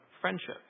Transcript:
friendship